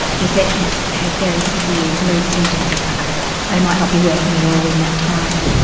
is that it has very severe mood symptoms as part of it. there might not be working at all in that time.